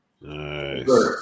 Nice